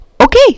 Okay